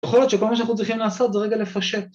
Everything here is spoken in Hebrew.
יכול להיות שכל מה שאנחנו צריכים לעשות זה רגע לפשט